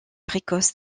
précoce